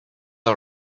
all